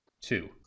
Two